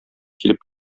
килеп